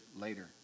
later